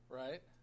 right